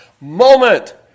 moment